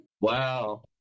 Wow